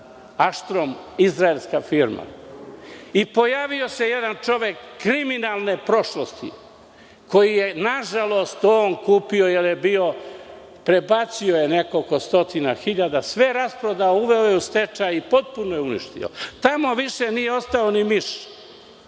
„Aštrum“, izraelska firma. Pojavio se jedan čovek kriminalne prošlosti, koji je, nažalost, kupio jer je prebacio nekoliko stotina hiljada, sve rasprodao, uveo je u stečaj i potpuno je uništio. Tamo više nije ostao ni miš.